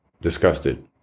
disgusted